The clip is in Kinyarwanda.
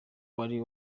wari